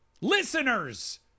listeners